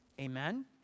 Amen